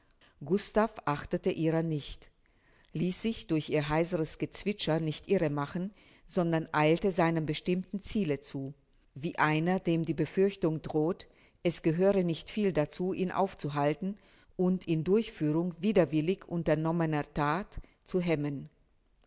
gustav achtete ihrer nicht ließ sich durch ihr heiseres gezwitscher nicht irre machen sondern eilte seinem bestimmten ziele zu wie einer dem die befürchtung droht es gehöre nicht viel dazu ihn aufzuhalten und in durchführung widerwillig unternommener that zu hemmen